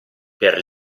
per